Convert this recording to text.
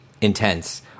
intense